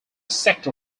sector